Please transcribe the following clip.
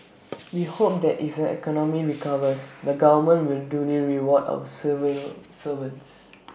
we hope that if the economy recovers the government will duly reward our civil servants